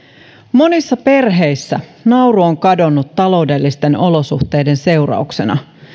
monissa perheissä nauru on kadonnut taloudellisten olosuhteiden seurauksena